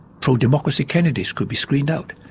pro-democracy candidates could be screened out.